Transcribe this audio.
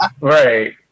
Right